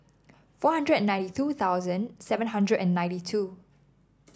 four hundred and ninety two thousand seven hundred and ninety two